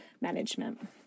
management